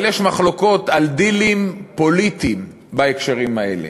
אבל יש מחלוקות על דילים פוליטיים בהקשרים האלה,